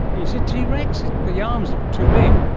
is it t rex? the arms look too big.